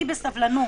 חיכיתי בסבלנות.